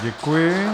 Děkuji.